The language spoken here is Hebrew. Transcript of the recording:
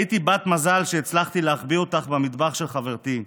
הייתי בת מזל שהצלחתי להחביא אותך במטבח של חברתי.